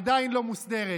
עדיין לא מוסדרת.